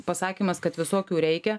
pasakymas kad visokių reikia